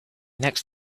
next